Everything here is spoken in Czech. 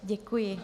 Děkuji.